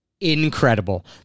incredible